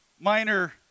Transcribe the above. minor